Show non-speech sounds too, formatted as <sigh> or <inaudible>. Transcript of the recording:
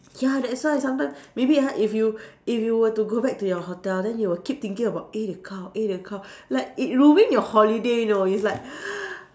ya that's why sometime maybe ha if you if you were to go back to your hotel then you will keep thinking about eight o-clock eight o-clock like it ruining your holiday you know it's like <breath>